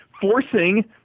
forcing